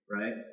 right